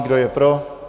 Kdo je pro?